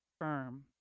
firm